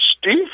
Steve